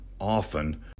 often